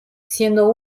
siendo